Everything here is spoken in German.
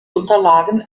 unterlagen